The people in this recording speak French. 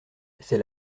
c’est